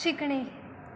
शिकणे